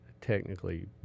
technically